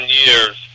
years